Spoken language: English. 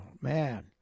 Man